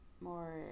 More